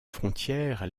frontières